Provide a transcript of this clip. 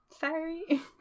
sorry